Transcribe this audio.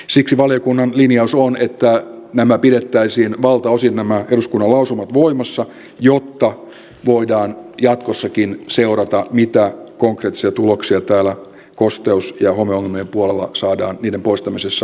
siksi valiokunnan linjaus on että pidettäisiin valtaosin nämä eduskunnan lausumat voimassa jotta voidaan jatkossakin seurata mitä konkreettisia tuloksia kosteus ja homeongelmien poistamisessa saadaan aikaan